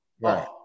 Right